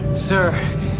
sir